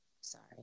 Sorry